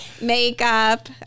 makeup